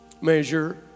measure